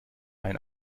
ein